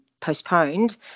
postponed